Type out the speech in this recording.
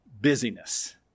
busyness